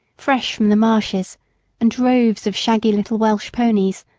fresh from the marshes and droves of shaggy little welsh ponies,